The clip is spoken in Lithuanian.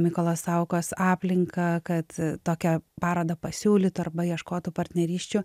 mykolo saukos aplinką kad tokią parodą pasiūlyt arba ieškot tų partnerysčių